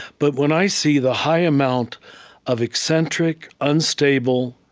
but when i see the high amount of eccentric, unstable,